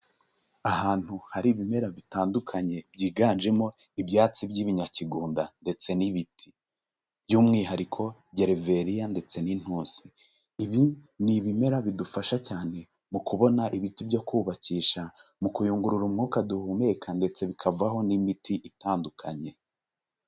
Ahantu hari ibimera bitandukanye byiganjemo ibyatsi by'ibinyakigunda ndetse n'ibiti, by'umwihariko gereveria ndetse n'inintusi, ibi ni ibimera bidufasha cyane mu kubona ibiti byo kubakisha, mu kuyungurura umwuka duhumeka ndetse bikavaho n'imiti itandukanye.